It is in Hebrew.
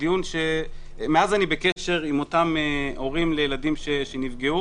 מאז אני בקשר עם אותם הורים וילדים שנפגעו